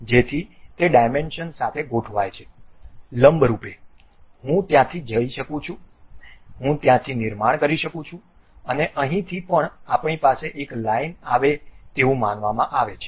જેથી તે ડાયમેંસન સાથે ગોઠવાય લંબરૂપ રીતે હું ત્યાંથી જઈ શકું છું હું ત્યાંથી નિર્માણ કરી શકું છું અને અહીંથી પણ આપણી પાસે એક લાઇન આવે તેવું માનવામાં આવે છે